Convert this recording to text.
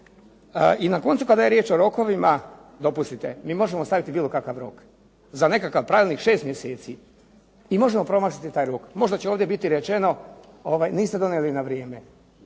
I na koncu kada je riječ o rokovima, dopustite, mi možemo staviti bilo kakav rok. Za nekakav pravilnik 6 mjeseci i možemo promašiti taj rok. Možda će ovdje biti rečeno niste donijeli na vrijeme.